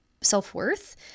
self-worth